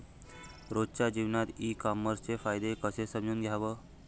रोजच्या जीवनात ई कामर्सचे फायदे कसे समजून घ्याव?